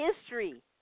History